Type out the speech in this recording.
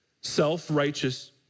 Self-righteous